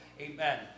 Amen